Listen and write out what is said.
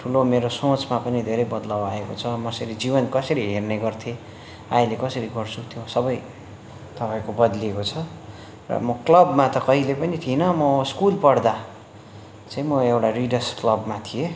ठुलो मेरो सोचमा पनि धेरै बद्लाउ आएको छ म यसरी जीवन कसरी हेर्ने गर्थे अहिले कसरी गर्छु त्यो सबै तपाईँको बद्लिएको छ र म क्लबमा त कहिले पनि थिइनँ म स्कुल पढ्दा चाहिँ म एउटा रिडर्स क्लबमा थिएँ